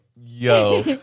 yo